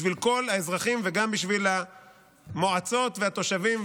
בשביל כל האזרחים וגם בשביל המועצות והתושבים.